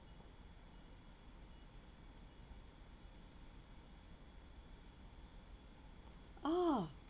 oh